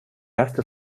erste